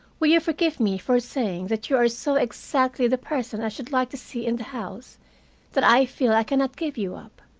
will you forgive me for saying that you are so exactly the person i should like to see in the house that i feel i can not give you up?